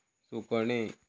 सुकणें